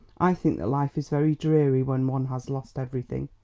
i think that life is very dreary when one has lost everything,